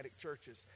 churches